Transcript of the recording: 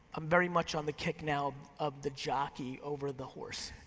i'm very much on the kick now of the jockey over the horse.